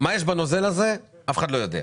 היא מה יש בנוזל הזה, אף אחד לא יודע.